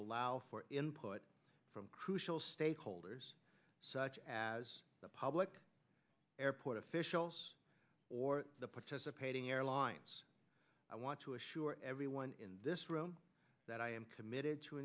allow for input from crucial state holders such as the public airport officials or the participating airlines i want to assure everyone in this room that i am committed to